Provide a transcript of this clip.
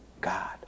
God